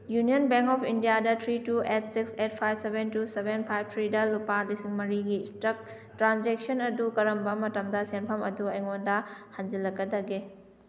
union bank of ꯏꯟꯗꯤꯌꯥꯗ three two eight six eight five seven two seven five ꯊ꯭ꯔꯤꯗ ꯂꯨꯄꯥ ꯂꯤꯁꯤꯡ ꯃꯔꯤꯒꯤ ꯏꯁꯇ꯭ꯔꯛ ꯇ꯭ꯔꯥꯟꯖꯦꯛꯁꯟ ꯑꯗꯨ ꯀꯔꯝꯕ ꯃꯇꯝꯗ ꯁꯦꯟꯐꯝ ꯑꯗꯨ ꯑꯩꯉꯣꯟꯗ ꯍꯟꯖꯤꯜꯂꯛꯀꯗꯒꯦ